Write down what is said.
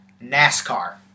NASCAR